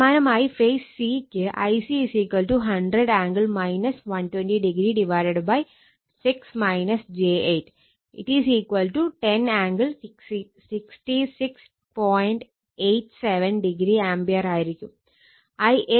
സമാനമായി phase c ക്ക് Ic 100 angle 120o 6 j 8 10 angle 66